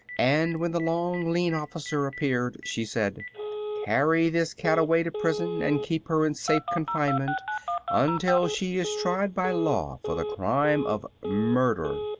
and when the long, lean officer appeared she said carry this cat away to prison, and keep her in safe confinement until she is tried by law for the crime of murder.